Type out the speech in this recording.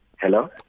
Hello